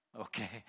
okay